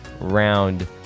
round